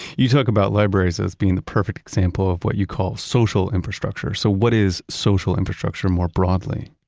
you talk about libraries as being the perfect example of what you call social infrastructure. so what is social infrastructure more broadly?